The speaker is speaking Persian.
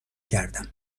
کردم